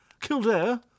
Kildare